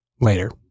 Later